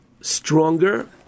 stronger